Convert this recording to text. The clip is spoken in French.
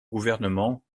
gouvernement